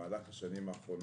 במהלך השנים האחרונות.